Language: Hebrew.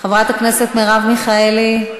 חברת הכנסת מרב מיכאלי,